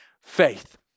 faith